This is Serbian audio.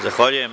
Zahvaljujem.